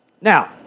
Now